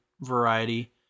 variety